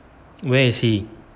where is he